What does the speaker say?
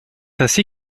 ainsi